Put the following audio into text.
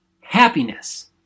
Happiness